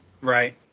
Right